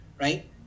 right